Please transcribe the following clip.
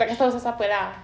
tak bagi tahu sesiapa ah